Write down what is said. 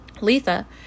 Letha